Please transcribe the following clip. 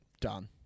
Done